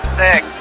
six